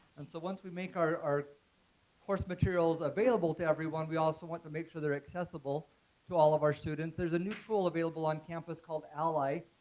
and so once we make our our course materials available to everyone, we also want to make sure they're accessible to all of our students, there is a new tool available on campus called allie.